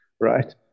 right